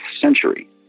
century